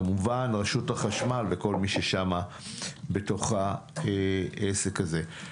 כמובן רשות החשמל וכל מי שבתוך העסק הזה.